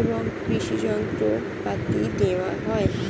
এবং কৃষি যন্ত্র পাতি দেওয়া হয়?